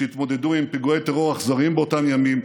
שהתמודדו עם פיגועי טרור אכזריים באותם ימים,